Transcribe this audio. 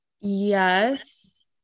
yes